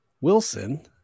Wilson